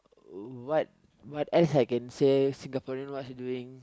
what what else I can say Singaporeans what's doing